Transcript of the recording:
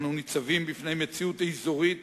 אנו ניצבים בפני מציאות אזורית